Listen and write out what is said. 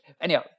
Anyhow